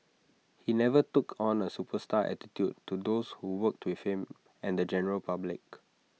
he never took on A superstar attitude to those who worked with him and the general public